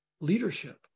leadership